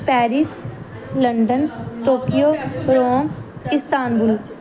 Paris London Tokyo Rome Istanbul